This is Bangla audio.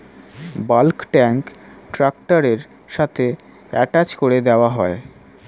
বাল্ক ট্যাঙ্ক ট্র্যাক্টরের সাথে অ্যাটাচ করে দেওয়া হয়